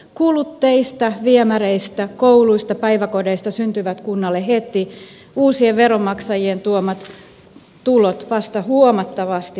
kulut teistä viemäreistä kouluista päiväkodeista syntyvät kunnalle heti uusien veronmaksajien tuomat tulot vasta huomattavasti myöhemmin